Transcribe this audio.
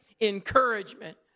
encouragement